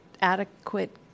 adequate